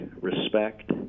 respect